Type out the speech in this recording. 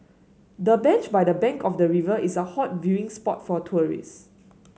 the bench by the bank of the river is a hot viewing spot for tourist